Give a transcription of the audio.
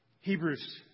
Hebrews